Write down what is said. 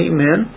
Amen